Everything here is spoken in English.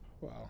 Wow